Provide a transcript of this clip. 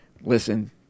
listen